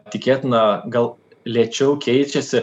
tikėtina gal lėčiau keičiasi